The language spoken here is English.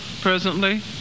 presently